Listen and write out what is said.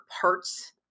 parts